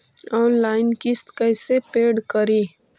Online किस्त कैसे paid करि?